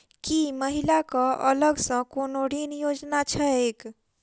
की महिला कऽ अलग सँ कोनो ऋण योजना छैक?